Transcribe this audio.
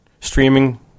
streaming